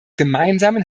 gemeinsamen